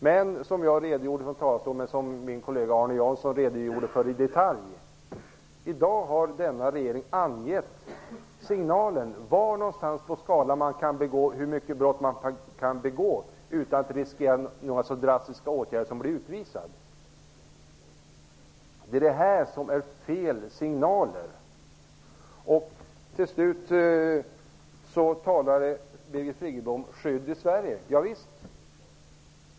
Men som jag tidigare redogjorde för och som min kollega Arne Jansson redogjorde för i detalj har denna regering i dag angett signalen för hur många brott man kan begå utan att riskera några så drastiska åtgärder som att bli utvisad. Detta ger fel signaler. Slutligen talade Birgit Friggebo om skydd i Sverige.